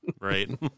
Right